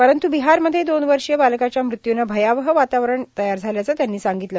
परंत्र बिहारमध्ये दोन वर्षीय बालकाच्या मृत्यूनं भयावह वातावरण तयार झाल्याचं त्यांनी सांगितलं